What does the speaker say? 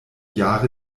jahre